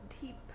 Deep